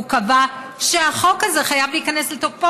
הוא קבע שהחוק הזה חייב להיכנס לתוקפו,